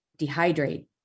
dehydrate